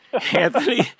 Anthony